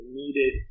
needed